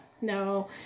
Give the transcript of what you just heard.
No